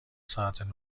ساعت